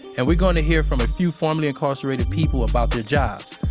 and we're going to hear from a few formerly incarcerated people about their jobs.